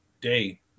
day